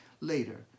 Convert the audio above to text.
later